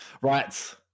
Right